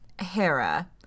Hera